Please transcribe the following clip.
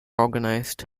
organised